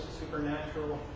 supernatural